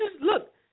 look